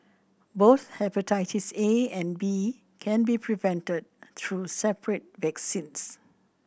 both hepatitis A and B can be prevented through separate vaccines